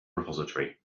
repository